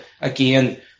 again